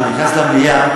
כשאני נכנס למליאה,